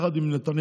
ביחד עם נתניהו,